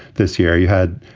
this year you had,